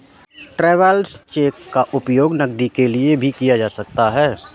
travellers cheque का उपयोग नकदी के लिए भी किया जा सकता है